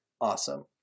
awesome